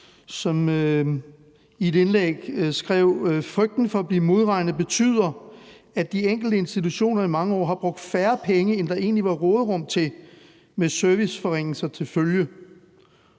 som i et indlæg skrev: Frygten for at blive modregnet betyder, at de enkelte institutioner i mange år har brugt færre penge, end der egentlig var råderum til, med serviceforringelser til følge.